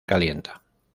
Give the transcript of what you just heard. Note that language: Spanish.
calienta